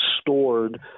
stored